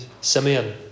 Simeon